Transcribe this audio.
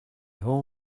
all